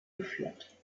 geführt